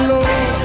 Lord